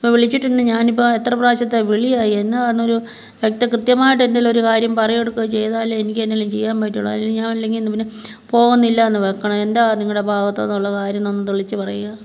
ഇപ്പം വിളിച്ചിട്ടുണ്ട് ഞാനിപ്പം എത്ര പ്രാവശ്യത്തെ വിളിയായി എന്നതാന്നൊരു കറക്റ്റ് കൃത്യമായിട്ട് എന്തേലും ഒരു കാര്യം പറയുവോ എടുക്കുവോ ചെയ്താലേ എനിക്ക് എന്തേലും ചെയ്യാൻ പറ്റുവൊള്ളു അതിൽ ഞാൻ അല്ലെങ്കിൽ പിന്നെ പോകുന്നില്ലാന്ന് വെക്കണം എന്താ നിങ്ങടെ ഭാഗത്തുന്നുള്ള കാര്യന്നൊന്ന് തെളിച്ച് പറയുക